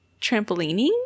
trampolining